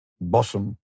bosom